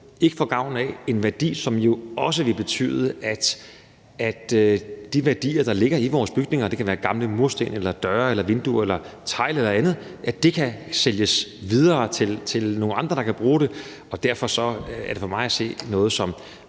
ikke får gavn af. Det er en værdi, som jo også vil betyde, at de materialer, der ligger i vores bygninger – det kan være gamle mursten eller døre eller vinduer eller tegl eller andet – kan sælges videre til nogle andre, der kan bruge dem. Og derfor er det for mig at se noget, som